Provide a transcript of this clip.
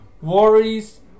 worries